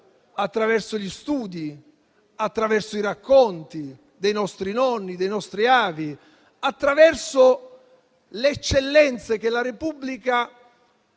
attraverso gli studi, attraverso i racconti dei nostri nonni, dei nostri avi, attraverso le eccellenze che la Repubblica